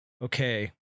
Okay